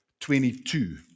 22